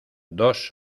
dos